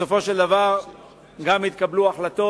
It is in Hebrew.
ובסופו של דבר התקבלו החלטות.